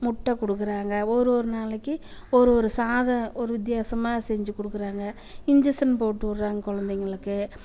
முட்டை கொடுக்குறாங்க ஒரு ஒரு நாளைக்கி ஒரு ஒரு சாதம் ஒரு வித்தியாசமாக செஞ்சு கொடுக்குறாங்க இன்ஜெக்ஷன் போட்டு விட்றாங்க குழந்தைங்களுக்கு